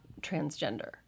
transgender